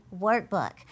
workbook